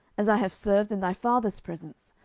as i have served in thy father's presence,